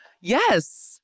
Yes